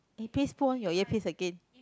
eh please put on your earpiece again